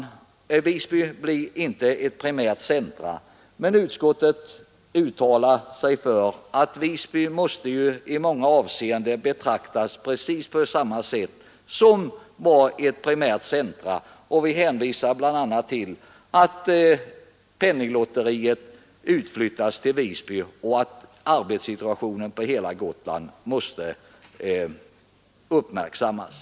Visby blir inte ett primärt centrum, men utskottet uttalar sig för att det i många avseenden måste betraktas precis på samma sätt som ett sådant. Vi hänvisar bl.a. till att Penninglotteriet utflyttas till Visby och att arbetssituationen på hela Gotland måste uppmärksammas.